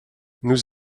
nous